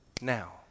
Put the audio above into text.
now